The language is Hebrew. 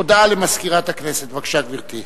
הודעה למזכירת הכנסת, בבקשה, גברתי.